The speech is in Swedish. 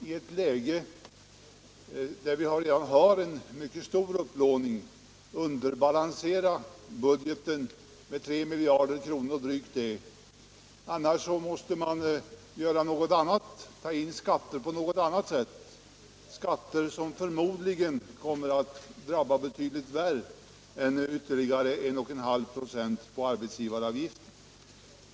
I ett läge där vi redan har mycket stor upplåning måste man antingen underbalansera budgeten med 3 miljarder eller ta ut skatter på något annat sätt, skatter som förmodligen kommer att drabba oss betydligt värre än ytterligare 1 1/2 96 på arbetsgivaravgiften.